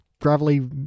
Gravelly